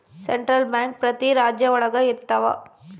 central bank ಪ್ರತಿ ರಾಜ್ಯ ಒಳಗ ಇರ್ತವ